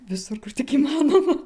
visur kur tik įmanoma